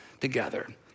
together